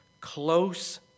close